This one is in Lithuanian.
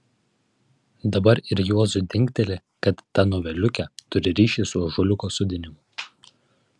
dabar ir juozui dingteli kad ta noveliukė turi ryšį su ąžuoliuko sodinimu